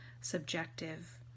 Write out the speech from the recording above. subjective